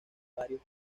varios